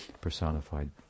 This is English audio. personified